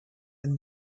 and